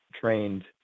trained